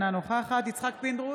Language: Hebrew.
אינה נוכחת יצחק פינדרוס,